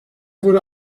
wurde